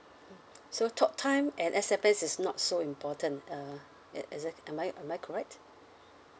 so talk time and S_M_S is not so important uh e~ exact am I am I correct